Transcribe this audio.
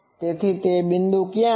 તેથી તે બિંદુઓ ક્યાં છે